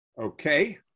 Okay